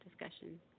discussion